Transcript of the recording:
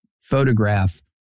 photograph